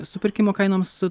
supirkimo kainoms